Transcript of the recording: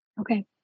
Okay